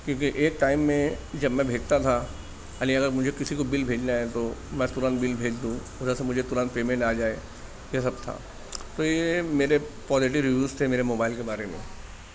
کیونکہ ایک ٹائم میں جب میں بھیجتا تھا خالی اگر مجھے کسی کو بل بھیجنا ہے تو میں ترنت بل بھیج دوں ادھر سے مجھے ترنت پیمنٹ آ جائے یہ سب تھا تو یہ میرے پوزیٹیو ریویوز تھے میرے موبائل کے بارے میں